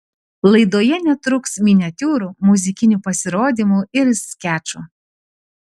laidoje netruks miniatiūrų muzikinių pasirodymų ir skečų